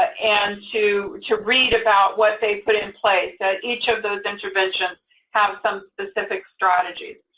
and to to read about what they put in place, that each of those interventions have some specific strategies.